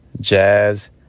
Jazz